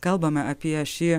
kalbame apie šį